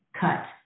cut